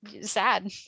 sad